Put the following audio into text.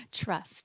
trust